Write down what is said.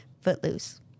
footloose